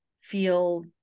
feel